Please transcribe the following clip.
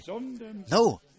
No